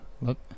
look